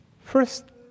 First